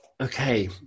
okay